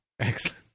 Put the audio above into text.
excellent